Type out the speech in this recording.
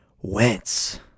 Wentz